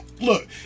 Look